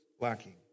lacking